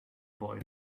boy